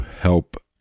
help